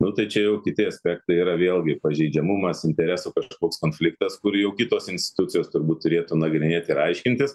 nu tai čia jau kiti aspektai yra vėlgi pažeidžiamumas interesų kažkoks konfliktas kur jau kitos institucijos turbūt turėtų nagrinėt ir aiškintis